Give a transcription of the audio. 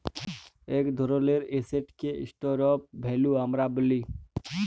ইক ধরলের এসেটকে স্টর অফ ভ্যালু আমরা ব্যলি